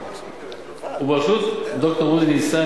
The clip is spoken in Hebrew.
ובראשות ד"ר אודי ניסן.